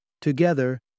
Together